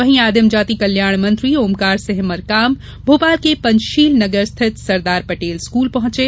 वहीं आदिम जाति कल्याण मंत्री ओंकार सिंह मरकाम ने भोपाल के पंचशील नगर स्थित सरदार पटेल स्कूल पहुंचे